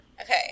Okay